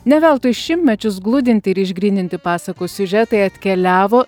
ne veltui šimtmečius gludinti ir išgryninti pasakų siužetai atkeliavo